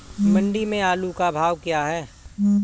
मंडी में आलू का भाव क्या है?